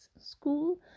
school